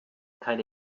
keine